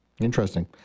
Interesting